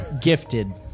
Gifted